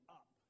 up